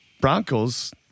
Broncos